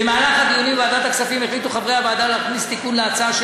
במהלך הדיונים בוועדת הכספים החליטו חברי הוועדה להכניס תיקון להצעה,